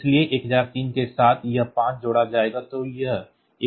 इसलिए 1003 के साथ यह 5 जोड़ा जाएगा तो यह 1008 हो जाएगा